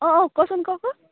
অঁ অঁ কচোন ক ক